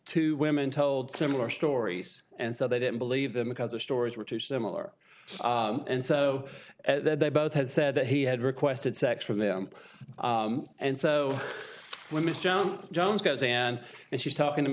two women told similar stories and so they didn't believe them because their stories were too similar and so they both had said that he had requested sex from them and so when mr jones goes and and she's talking to m